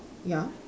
ya